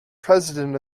president